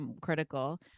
critical